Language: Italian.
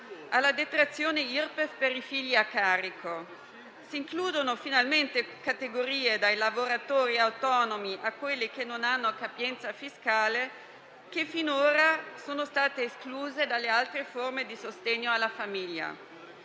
alla detrazione Irpef per i figli a carico. Si includono finalmente categorie (dai lavoratori autonomi a quelli che non hanno capienza fiscale) che finora sono state escluse dalle altre forme di sostegno alla famiglia.